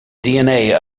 dna